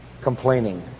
complaining